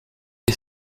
les